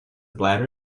bladder